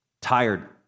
Tired